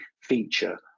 feature